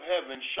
heaven